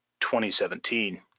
2017